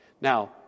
Now